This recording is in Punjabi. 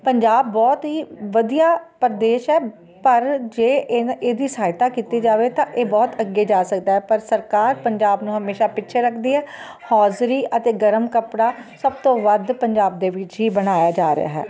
ਪੰਜਾਬ ਬਹੁਤ ਹੀ ਵਧੀਆ ਪ੍ਰਦੇਸ਼ ਹੈ ਪਰ ਜੇ ਇਹਨਾਂ ਇਹਦੀ ਸਹਾਇਤਾ ਕੀਤੀ ਜਾਵੇ ਤਾਂ ਇਹ ਬਹੁਤ ਅੱਗੇ ਜਾ ਸਕਦਾ ਹੈ ਪਰ ਸਰਕਾਰ ਪੰਜਾਬ ਨੂੰ ਹਮੇਸ਼ਾਂ ਪਿੱਛੇ ਰੱਖਦੀ ਹੈ ਹੌਜਰੀ ਅਤੇ ਗਰਮ ਕੱਪੜਾ ਸਭ ਤੋਂ ਵੱਧ ਪੰਜਾਬ ਦੇ ਵਿੱਚ ਹੀ ਬਣਾਇਆ ਜਾ ਰਿਹਾ ਹੈ